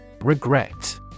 Regret